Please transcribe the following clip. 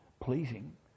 pleasing